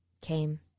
came